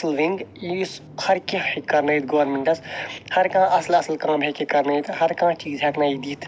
اکھ اصل وِنٛگ یُس ہر کینٛہہ ہیٚکہِ کَرنٲیِتھ گورمنٹَس ہر کانٛہہ اصل اصل کامہ ہیٚکہِ یہِ کَرنٲیِتھ ہر کانٛہہ ہیٚکنایہِ یہِ دِتھ